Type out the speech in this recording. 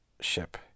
ship